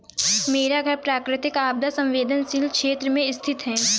मेरा घर प्राकृतिक आपदा संवेदनशील क्षेत्र में स्थित है